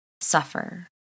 suffer